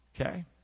Okay